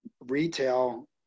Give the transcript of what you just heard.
retail